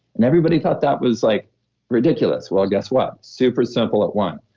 and everybody thought that was like ridiculous. well guess what? super simple it won.